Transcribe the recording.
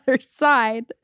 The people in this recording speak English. side